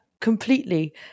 completely